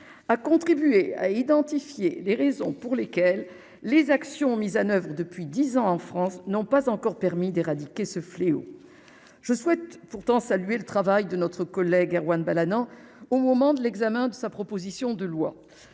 a contribué à identifier les raisons pour lesquelles les actions mises en oeuvre depuis 10 ans en France n'ont pas encore permis d'éradiquer ce fléau, je souhaite pourtant salué le travail de notre collègue Erwan Balanant au moment de l'examen de sa proposition de loi